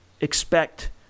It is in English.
expect